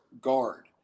guard